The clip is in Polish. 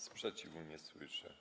Sprzeciwu nie słyszę.